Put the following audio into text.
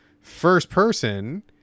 first-person